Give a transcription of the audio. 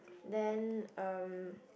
then um